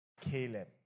Caleb